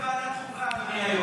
בוועדת חוקה, אדוני היו"ר.